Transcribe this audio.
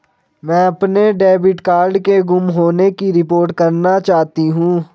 मैं अपने debit card के गुम होने की रिपोर्ट करना चाहती हूँ